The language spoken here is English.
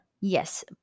yes